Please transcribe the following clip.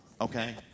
Okay